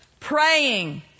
Praying